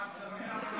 חג שמח.